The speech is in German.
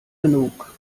genug